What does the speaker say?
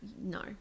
No